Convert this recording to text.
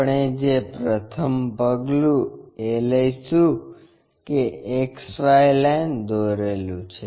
આપણે જે પ્રથમ પગલું એ લઈશું કે XY લાઇન દોરેલું છે